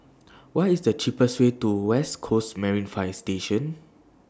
What IS The cheapest Way to West Coast Marine Fire Station